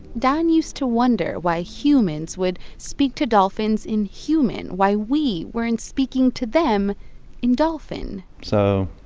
don used to wonder why humans would speak to dolphins in human why we weren't speaking to them in dolphin so.